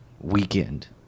weekend